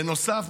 בנוסף,